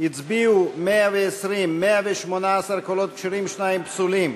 הצביעו 120, 118 קולות כשרים, שניים פסולים,